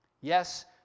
Yes